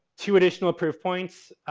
two additional proof points.